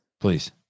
please